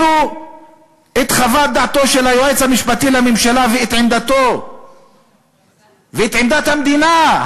את חוות דעתו של היועץ המשפטי לממשלה ואת עמדתו ואת עמדת המדינה.